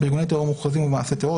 בארגוני טרור מוכרזים ובמעשי טרור,